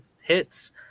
hits